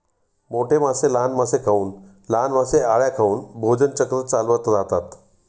मोठे मासे लहान मासे खाऊन, लहान मासे अळ्या खाऊन भोजन चक्र चालवत राहतात